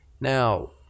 Now